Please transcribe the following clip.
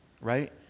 right